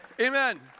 amen